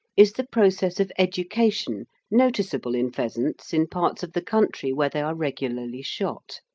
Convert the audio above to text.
is the process of education noticeable in pheasants in parts of the country where they are regularly shot.